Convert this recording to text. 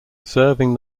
serving